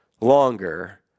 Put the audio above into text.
longer